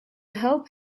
help